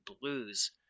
blues